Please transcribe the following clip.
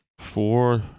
Four